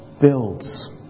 builds